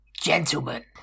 Gentlemen